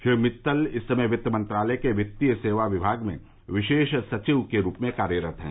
श्री मित्तल इस समय वित्त मंत्रालय के वित्तीय सेवा विभाग में विशेष सचिव के रूप में कार्यरत हैं